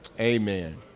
Amen